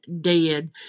dead